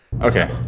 okay